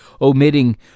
omitting